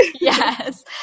Yes